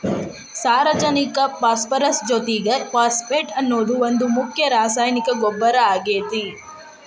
ಸಾರಜನಕ ಪಾಸ್ಪರಸ್ ಜೊತಿಗೆ ಫಾಸ್ಫೇಟ್ ಅನ್ನೋದು ಒಂದ್ ಮುಖ್ಯ ರಾಸಾಯನಿಕ ಗೊಬ್ಬರ ಆಗೇತಿ